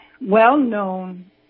well-known